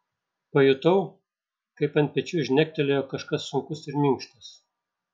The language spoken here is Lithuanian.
pajutau kaip ant pečių žnektelėjo kažkas sunkus ir minkštas